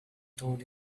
told